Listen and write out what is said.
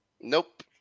Nope